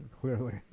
Clearly